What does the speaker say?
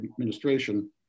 administration